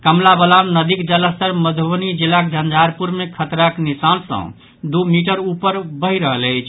कमला बलान नदीक जलस्तर मधुबनी जिलाक झंझारपुर मे खतराक निशान सॅ दू मीटर ऊपर बहि रहल अछि